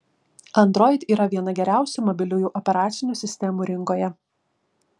android yra viena geriausių mobiliųjų operacinių sistemų rinkoje